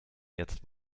jetzt